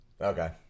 okay